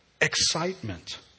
excitement